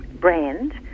brand